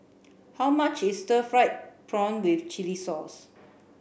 how much is stir fried prawn with chili sauce